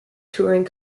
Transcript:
touring